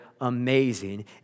amazing